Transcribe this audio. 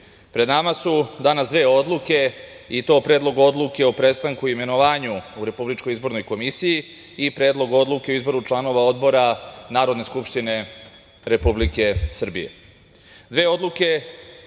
pred nama su danas dve odluke, i to Predlog odluke o prestanku imenovanja u RIK i Predlog odluke o izboru članova odbora Narodne skupštine Republike Srbije. Dve odluke